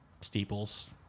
steeples